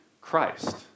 Christ